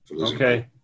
okay